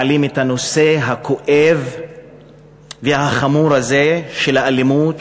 ומעלים את הנושא הכואב והחמור הזה של האלימות,